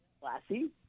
classy